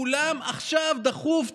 כולם עכשיו דחוף,